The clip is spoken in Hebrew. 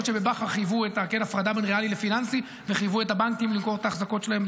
כמו שבבכר חייבו את ההפרדה וחייבו את הבנקים למכור את האחזקות שלהם,